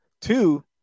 Two